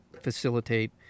facilitate